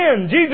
Jesus